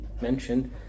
mentioned